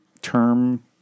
term